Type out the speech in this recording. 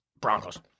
Broncos